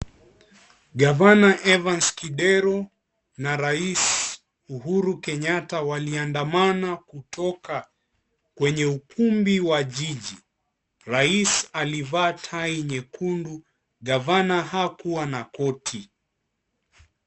Gavana Evans Kidero na rais Uhuru Kenyatta waliandamana kutoka kwenye ukumbi wa jiji . Rais alivaa tai nyekundu na gavana hakuwa na koti .